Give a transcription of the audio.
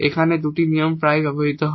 এখানে আরো দুটি নিয়ম প্রায়ই ব্যবহৃত হয়